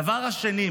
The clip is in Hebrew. הדבר השני,